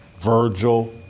Virgil